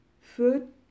food